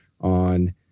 on